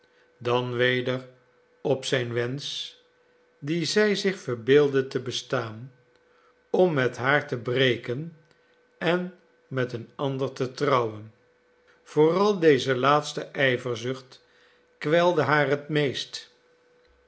dan weder op zijn wensch die zij zich verbeeldde te bestaan om met haar te breken en met een ander te trouwen vooral deze laatste ijverzucht kwelde haar het moest